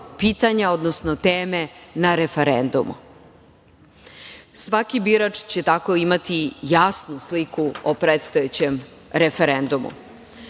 odnosno teme na referendumu. Svaki birač će tako imati jasnu sliku o predstojećem referendumu. Značajan